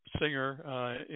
singer